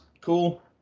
Cool